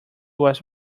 was